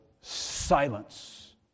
silence